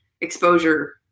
exposure